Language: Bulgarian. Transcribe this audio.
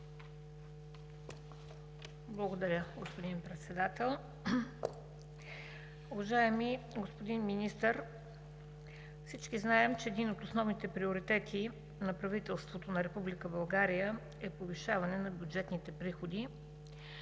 Благодаря, господин Председател. Уважаеми господин Министър, всички знаем, че един от основните приоритети на правителството на Република България е повишаването на бюджетните приходи